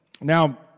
Now